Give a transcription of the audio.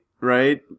right